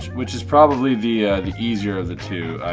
which is probably the ah the easier of the two,